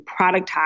productize